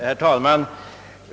Herr talman!